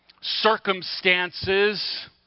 Circumstances